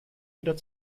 wieder